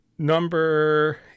number